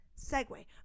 segue